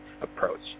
approach